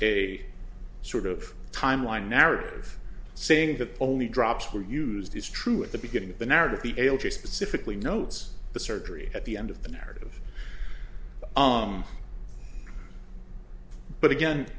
a sort of timeline narrative saying that only drops were used is true at the beginning of the narrative the specifically notes the surgery at the end of the narrative but again